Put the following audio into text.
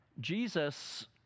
Jesus